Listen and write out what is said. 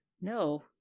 No